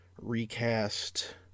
recast